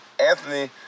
Anthony